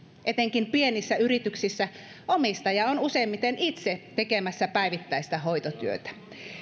etenkin pienissä yrityksissä omistaja on useimmiten itse tekemässä päivittäistä hoitotyötä